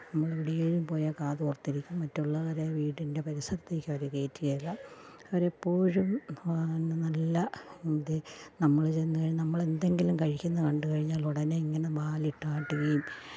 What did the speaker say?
നമ്മൾ വെളിയിൽ പോയാൽ കാത് ഓർത്തിരിക്കും മറ്റുള്ളവരെ വീട്ടിൻ്റെ പരിസരത്തേക്കവർ കയറ്റുകയില്ല അവരെപ്പോഴും നല്ല നമ്മൾ ചെന്നു കഴിഞ്ഞാൽ നമ്മളെന്തെങ്കിലും കഴിക്കുന്നതു കണ്ടു കഴിഞ്ഞാലുടനെ ഇങ്ങനെ വാലിട്ടാട്ടുകയും